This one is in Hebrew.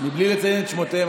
בלי לציין את שמותיהם,